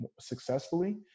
successfully